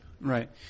right